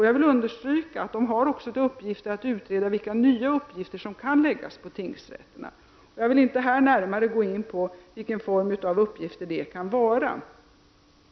Jag vill understryka att domstolsutredningen även har till uppgift att utreda vilka nya uppgifter som kan läggas på tingsrätterna. Jag vill inte här närmare gå in på vilken form av uppgifter det kan vara.